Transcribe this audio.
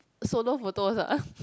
solo photos ah